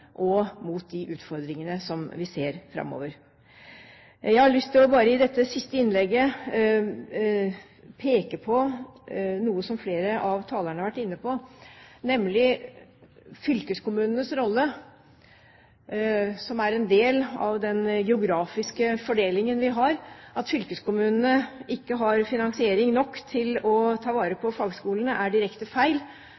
de utfordringene vi ser framover. Jeg har lyst til i dette siste innlegget å peke på noe som flere av talerne har vært inne på, nemlig fylkeskommunenes rolle – som er en del av den geografiske fordelingen vi har. At fylkeskommunene mangler finansiering til å ta vare